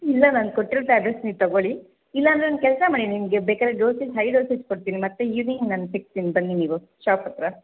ಇಲ್ಲ ನಾನು ಕೊಟ್ಟಿರೋ ಟ್ಯಾಬ್ಲೆಟ್ಸ್ ನೀವು ತಗೊಳ್ಳಿ ಇಲ್ಲಾಂದರೆ ಒಂದು ಕೆಲಸ ಮಾಡಿ ನಿಮಗೆ ಬೇಕಾರೆ ಡೋಸೇಜ್ ಹೈ ಡೋಸೇಜ್ ಕೊಡ್ತೀನಿ ಮತ್ತೆ ಈವ್ನಿಂಗ್ ನಾನು ಸಿಕ್ತೀನಿ ಬನ್ನಿ ನೀವು ಶಾಪ್ ಹತ್ತಿರ